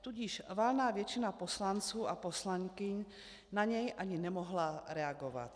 Tudíž valná většina poslanců a poslankyň na něj ani nemohla reagovat.